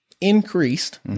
increased